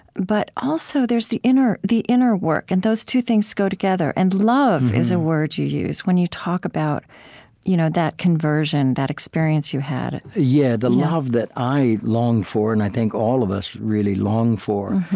but also there's the inner the inner work, and those two things go together. and love is a word you use when you talk about you know that conversion, that experience you had yeah, the love that i longed for and, i think, all of us really long for,